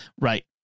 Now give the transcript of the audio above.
Right